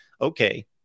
okay